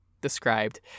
described